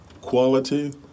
quality